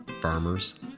farmers